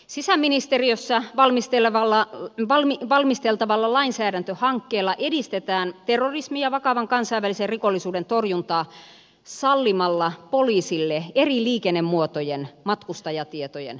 sisäministeriössä valmisteltavalla lainsäädäntöhankkeella edistetään terrorismin ja vakavan kansainvälisen rikollisuuden torjuntaa sallimalla poliisille eri liikennemuotojen matkustajatietojen saantioikeus